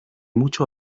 mucho